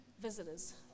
visitors